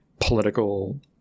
political